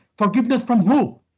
forgiveness from who?